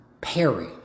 Perry